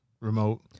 remote